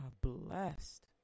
blessed